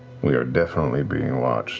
we are definitely being watched